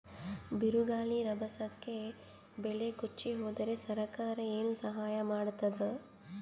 ಬಿರುಗಾಳಿ ರಭಸಕ್ಕೆ ಬೆಳೆ ಕೊಚ್ಚಿಹೋದರ ಸರಕಾರ ಏನು ಸಹಾಯ ಮಾಡತ್ತದ?